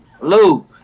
Lou